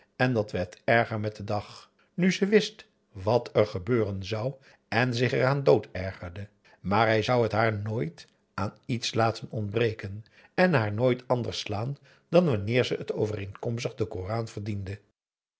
en dat werd erger met den dag nu ze wist wat er gebeuren zou en zich er aan doodergerde maar hij zou t haar nooit aan iets laten ontbreken aum boe akar eel haar nooit anders slaan dan wanneer ze het overeenkomstig den koran verdiende